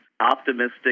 optimistic